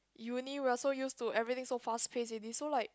uni we are so used to everything so fast pace already so like